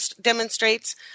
demonstrates